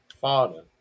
Father